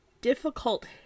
difficult